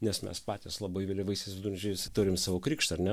nes mes patys labai vėlyvaisiais viduramžiais turim savo krikštą ar ne